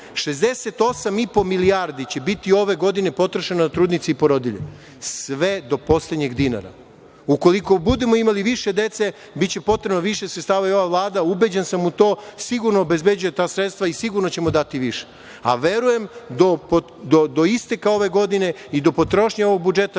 će biti 68 i po milijardi potrošeno na trudnice i porodilje. Sve do poslednjeg dinara. Ukoliko budemo imali više dece biće potrebno više sredstava i ova Vlada, ubeđen sam u to, sigurno obezbeđuje ta sredstva i sigurno će dati više. Verujem do isteka ove godine i do potrošnje ovog budžeta,